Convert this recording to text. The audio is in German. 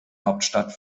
hauptstadt